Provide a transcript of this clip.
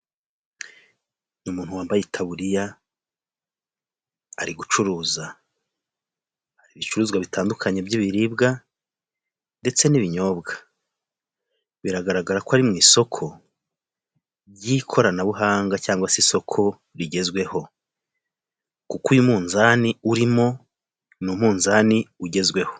Umuntu wambaye itaburiya, ari gucuruza ibicuruzwa bitandukanye by'ibiribwa ndetse n'ibinyobwa. Biragaragara ko ari mu isoko ry'ikoranabuhanga cyangwa se isoko rigezweho. Kuko uyu munzani urimo ni umuzani ugezweho.